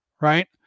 right